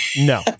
No